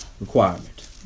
requirement